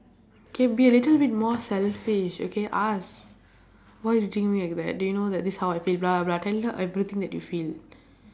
can be a little bit more selfish okay ask why you treating me like that do you know that this is how I feel blah blah blah tell her everything that you feel